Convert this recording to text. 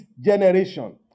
generation